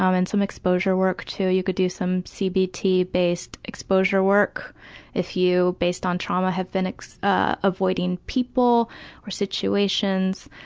um and some exposure work too. you could do some cbt based exposure work if you, based on trauma, have been avoiding people or situations,